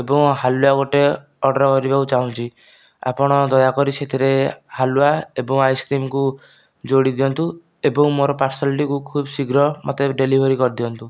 ଏବଂ ହାଲୁଆ ଗୋଟିଏ ଅର୍ଡ଼ର କରିବାକୁ ଚାହୁଁଛି ଆପଣ ଦୟାକରି ସେଥିରେ ହାଲୁଆ ଏବଂ ଆଇସକ୍ରିମ୍ କୁ ଯୋଡ଼ି ଦିଅନ୍ତୁ ଏବଂ ମୋର ପାର୍ସଲ ଟିକୁ ଖୁବ୍ ଶୀଘ୍ର ମୋତେ ଡ଼େଲିଭରି କରି ଦିଅନ୍ତୁ